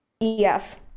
EF